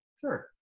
Sure